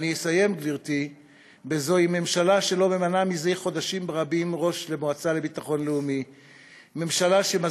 החל מהשר שנותן מתנות בשווי עשרות-אלפי שקלים לראשי ממשלה שלא